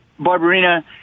Barbarina